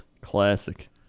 Classic